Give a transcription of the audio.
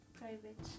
private